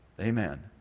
Amen